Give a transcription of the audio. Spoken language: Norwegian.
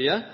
på